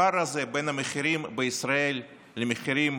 הפער הזה בין המחירים בישראל למחירים